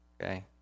okay